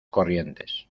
corrientes